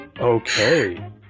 Okay